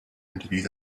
interviews